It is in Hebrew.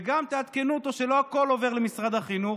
ותעדכנו אותו גם שלא הכול עובר למשרד החינוך,